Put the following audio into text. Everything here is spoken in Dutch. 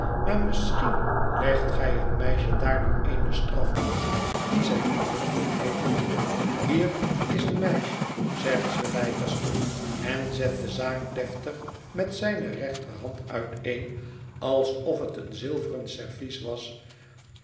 maar misschien legt gij het meisje daardoor eene straf op die zij niet verdiend heeft hier is een meisje zegt sir leicester en zet de zaak deftig met zijne rechterhand uiteen alsof het een zilveren servies was